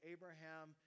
Abraham